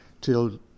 till